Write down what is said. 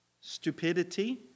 stupidity